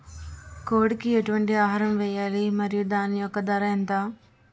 కోడి కి ఎటువంటి ఆహారం వేయాలి? మరియు దాని యెక్క ధర ఎంత?